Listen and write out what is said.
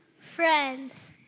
Friends